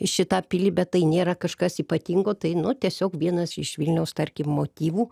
šitą pilį bet tai nėra kažkas ypatingo tai nu tiesiog vienas iš vilniaus tarkim motyvų